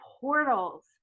portals